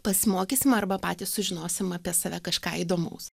pasimokysim arba patys sužinosim apie save kažką įdomaus